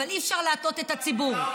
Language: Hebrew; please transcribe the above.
אבל אי-אפשר להטעות את הציבור.